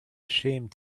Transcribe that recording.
ashamed